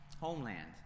homeland